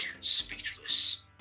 speechless